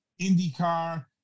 IndyCar